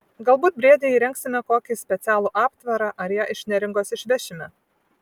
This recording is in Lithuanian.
galbūt briedei įrengsime kokį specialų aptvarą ar ją iš neringos išvešime